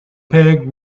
peg